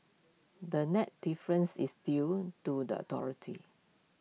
the net difference is due to the authority